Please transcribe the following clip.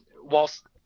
whilst